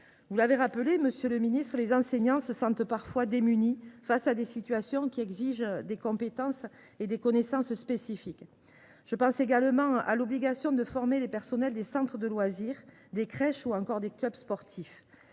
Vous l’avez rappelé, monsieur le ministre, les enseignants se sentent parfois démunis face à des situations qui exigent des compétences et des connaissances spécifiques. Je pense également à l’obligation de former les personnels des centres de loisirs, des crèches ou encore des clubs sportifs.